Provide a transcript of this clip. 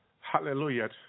hallelujah